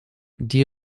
die